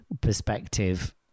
perspective